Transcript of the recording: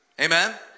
Amen